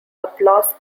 applause